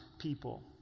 people